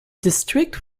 district